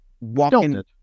walking